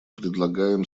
предлагаем